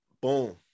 Boom